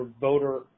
voter